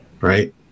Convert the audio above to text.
right